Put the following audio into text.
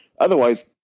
Otherwise